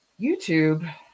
YouTube